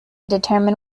determine